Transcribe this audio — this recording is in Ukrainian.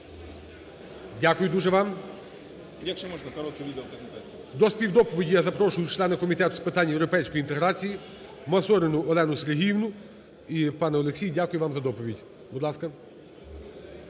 Дякую дуже вам. До співдоповіді я запрошую члена Комітету з питань європейської інтеграції Масоріну Олену Сергіївну. І, пане Олексій, дякую вам за доповідь. Будь ласка.